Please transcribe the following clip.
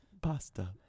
Pasta